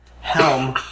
Helm